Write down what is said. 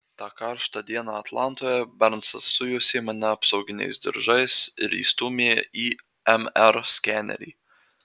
tą karštą dieną atlantoje bernsas sujuosė mane apsauginiais diržais ir įstūmė į mr skenerį